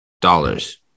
dollars